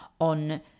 on